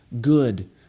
good